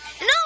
No